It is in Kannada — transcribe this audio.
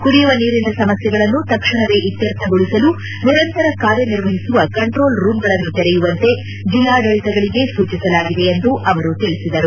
ಕುಡಿಯುವ ನೀರಿನ ಸಮಸ್ವೆಗಳನ್ನು ತಕ್ಷಣವೇ ಇತ್ತರ್ಥಗೊಳಿಸಲು ನಿರಂತರ ಕಾರ್ಯ ನಿರ್ವಹಿಸುವ ಕಂಟ್ರೋಲ್ ರೂಂಗಳನ್ನು ತೆರೆಯುವಂತೆ ಜಿಲ್ಲಾಡಳಿತಗಳಿಗೆ ಸೂಚಿಸಲಾಗಿದೆ ಎಂದು ಅವರು ತಿಳಿಸಿದರು